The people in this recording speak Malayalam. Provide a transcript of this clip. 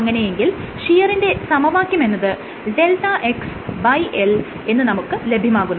അങ്ങനെയെങ്കിൽ ഷിയറിന്റെ സമവാക്യമെന്നത് ΔxL എന്ന് നമുക്ക് ലഭ്യമാകുന്നു